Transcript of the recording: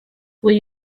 will